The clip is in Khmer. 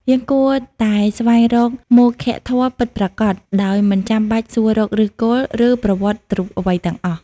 យើងគួរតែស្វែងរកមោក្ខធម៌ពិតប្រាកដ ដោយមិនចាំបាច់សួររកឫសគល់ ឬប្រវត្តិរូបអ្វីទាំងអស់។